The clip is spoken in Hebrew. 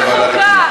ועדת חוקה.